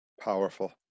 Powerful